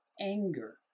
Anger